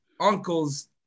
uncle's